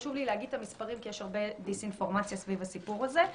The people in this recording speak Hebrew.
חשוב לי להגיד את המספרים כי יש הרבה דיס-אינפורמציה סביב הסיפור הזה.